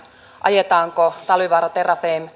ajetaanko talvivaara terrafame